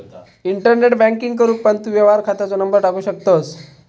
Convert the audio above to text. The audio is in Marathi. इंटरनेट बॅन्किंग करूक पण तू व्यवहार खात्याचो नंबर टाकू शकतंस